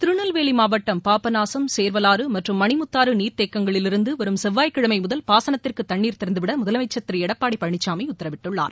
திருநெல்வேலி மாவட்டம் பாபநாசம் சேள்வலாறு மற்றும் மணிமுத்தாறு நீாத்தேக்கங்களிலிருந்து வரும் செவ்வாய்கிழமை முதல் பாசனத்திற்கு தண்ணீர் திறந்துவிட முதலமைச்சர் திரு எடப்பாடி பழனிசாமி உத்தரவிட்டுள்ளார்